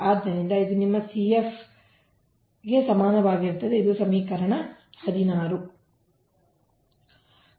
ಆದ್ದರಿಂದ ಇದು ನಿಮ್ಮ CF ಇದು ಇದಕ್ಕೆ ಸಮನಾಗಿರುತ್ತದೆ ಇದು ಸಮೀಕರಣ 16 ಆಗಿದೆ